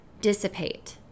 dissipate